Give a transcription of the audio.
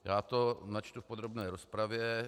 Já to načtu v podrobné rozpravě.